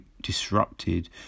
disrupted